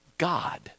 God